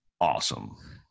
awesome